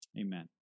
amen